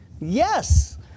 Yes